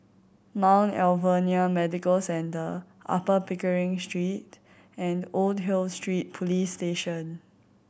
Mount Alvernia Medical Centre Upper Pickering Street and Old Hill Street Police Station